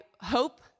hope